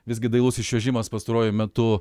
visgi dailusis čiuožimas pastaruoju metu